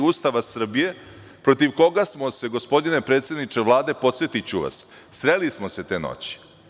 Ustava Srbije, a protiv koga smo se, gospodine predsedniče Vlade, podsetiću vas, sreli smo se te noći